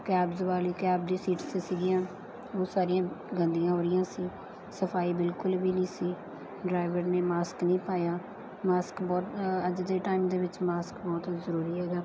cabs ਵਾਲੀ cab ਦੀ seats ਸੀਗੀਆਂ ਉਹ ਸਾਰੀਆਂ ਗੰਦੀਆਂ ਹੋ ਰਹੀਆਂ ਸੀ ਸਫਾਈ ਬਿਲਕੁਲ ਵੀ ਨਹੀਂ ਸੀ ਡਰਾਈਵਰ ਨੇ ਮਾਸਕ ਨਹੀਂ ਪਾਇਆ ਮਾਸਕ ਬਹੁਤ ਅੱਜ ਦੇ ਟਾਈਮ ਦੇ ਵਿੱਚ ਮਾਸਕ ਬਹੁਤ ਜ਼ਰੂਰੀ ਹੈਗਾ